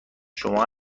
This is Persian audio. شما